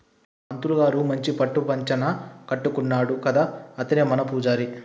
పంతులు గారు మంచి పట్టు పంచన కట్టుకున్నాడు కదా అతనే మన పూజారి